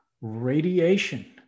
radiation